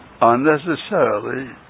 unnecessarily